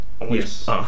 Yes